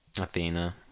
Athena